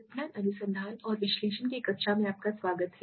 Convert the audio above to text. विपणन अनुसंधान और विश्लेषण कि कक्षा में आपका स्वागत है